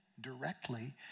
directly